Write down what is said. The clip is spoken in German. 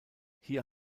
hier